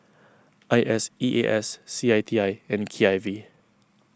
I S E A S C I T I and K I V